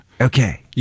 Okay